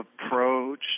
approach